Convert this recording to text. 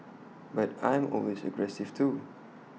but I'm always aggressive too